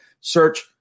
search